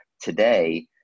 today